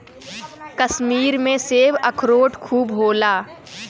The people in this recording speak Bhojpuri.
कश्मीर में सेब, अखरोट खूब होला